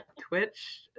twitch